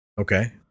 Okay